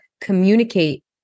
communicate